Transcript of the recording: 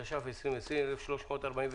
התש"ף-2020 (מ/1346).